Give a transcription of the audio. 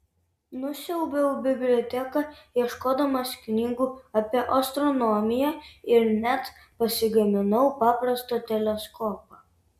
nusiaubiau biblioteką ieškodamas knygų apie astronomiją ir net pasigaminau paprastą teleskopą